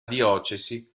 diocesi